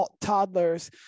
toddlers